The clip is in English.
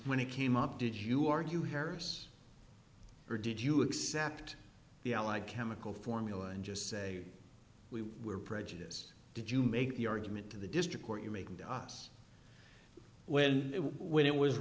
when it came up did you argue harris or did you accept the ally chemical formula and just say we were prejudice did you make the argument to the district court you're making to us when it when it was